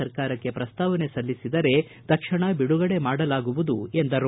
ಸರ್ಕಾರಕ್ಷೆ ಪ್ರಸ್ತಾವನೆ ಸಲ್ಲಿಸಿದರೆ ತಕ್ಷಣ ಬಿಡುಗಡೆ ಮಾಡಲಾಗುವುದು ಎಂದರು